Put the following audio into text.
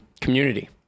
community